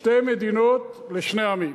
שתי מדינות לשני עמים.